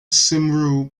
cymru